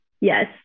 yes